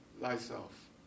thyself